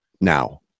now